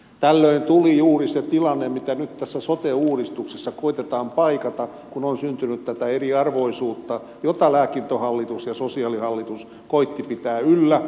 tällöin tuli juuri se tilanne mitä nyt tässä sote uudistuksessa koetetaan paikata kun on syntynyt tätä eriarvoisuutta jota lääkintöhallitus ja sosiaalihallitus koettivat pitää yllä